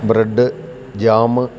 bread jam